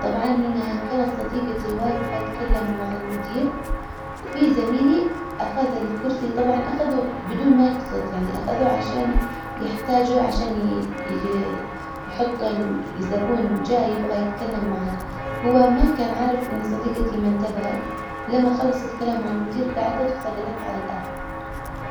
طبعا كانت صديقتي واقفة تكلم مع المدير وفي زميلي اخذ الكرسي طبعا اخذه بدون ما يقصد يعني اخذه عشان عشان يحطوا لزبون جاي يبغى يتكلم معاه. هو ما كان عارف انه صديقتي ما انتبهت. لما خلصت كلامي على المدير قعدت وسجطت على الارض.